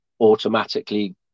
automatically